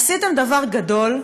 עשיתם דבר גדול,